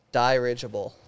dirigible